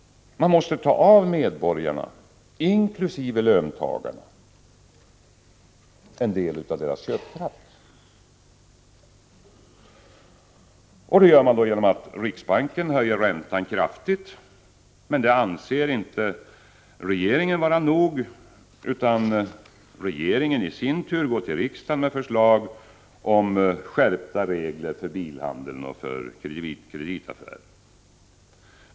Man måste ta av medborgarna —- inkl. löntagarna — en del av deras köpkraft. Riksbanken höjer räntan kraftigt, men det anser inte regeringen vara nog utan den går till riksdagen med förslag om skärpta regler för bilhandeln och för kreditaffärer.